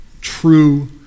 true